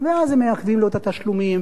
ואז הם מעכבים לו את התשלומים,